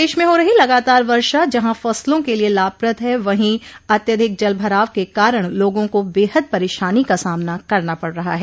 प्रदेश में हो रही लगातार वर्षा जहां फसलों के लिए लाभप्रद है वहीं अत्यधिक जल भराव के कारण लोगों को बेहद परेशानी का सामना करना पड़ रहा है